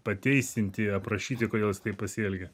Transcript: pateisinti aprašyti kodėl jis taip pasielgė